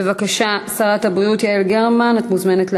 בבקשה, שרת הבריאות יעל גרמן, את מוזמנת להשיב.